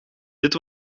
dit